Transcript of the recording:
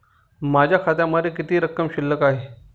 माझ्या खात्यामध्ये किती रक्कम शिल्लक आहे?